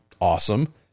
awesome